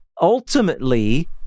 ultimately